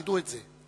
תדעו את זה.